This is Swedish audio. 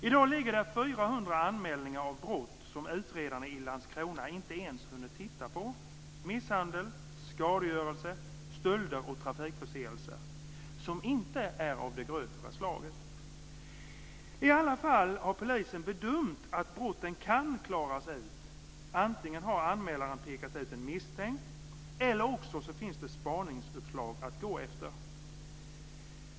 Idag ligger där 400 anmälningar av brott som utredarna i Landskrona inte ens hunnit titta på: Misshandel, skadegörelse, stölder och trafikförseelser - som inte är av det grövre slaget. I alla fall har polisen bedömt att brotten kan klaras ut - antingen har anmälaren pekat ut en misstänkt eller så finns det spaningsuppslag att gå efter.